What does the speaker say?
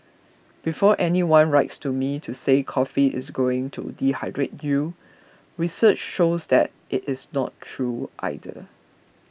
before anyone writes to me to say coffee is going to dehydrate you research shows that it is not true either